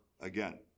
again